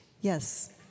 Yes